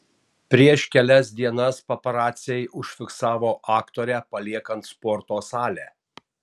prieš kelias dienas paparaciai užfiksavo aktorę paliekant sporto salę